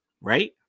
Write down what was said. right